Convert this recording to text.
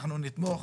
אנחנו נתמוך,